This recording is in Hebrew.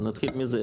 נתחיל מזה.